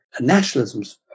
nationalisms